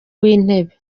w’intebe